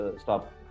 stop